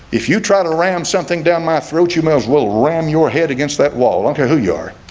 if you try to ram something down my throat you males. will ram your head against that wall okay, who you are,